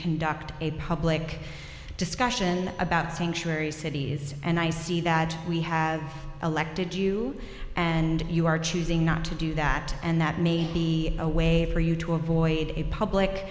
conduct a public discussion about sanctuary cities and i see that we have elected you and you are choosing not to do that and that may be a way for you to avoid a public